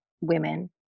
women